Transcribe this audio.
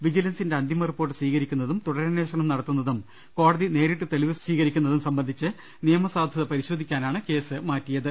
വിജിലൻസിന്റെ അന്തിമ റിപ്പോർട്ട് സ്വീകരിക്കുന്നതും തുടരന്വേഷണം നടത്തുന്നതും കോടതി നേരിട്ട് തെളിവ് സ്വീകരിക്കുന്നതും സംബന്ധിച്ച് നിയമ സാധുത പരിശോധിക്കാനാണ് കേസ് മാറ്റിയത്